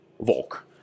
Volk